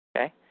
Okay